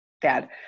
dad